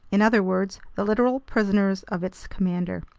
in other words, the literal prisoners of its commander.